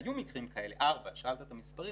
והיו מקרים כאלה שאלת את המספרים?